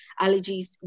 allergies